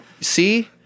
see